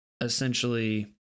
essentially